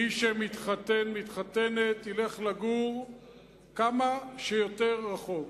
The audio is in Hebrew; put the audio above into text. מי שמתחתן, או מתחתנת, ילך לגור כמה שיותר רחוק.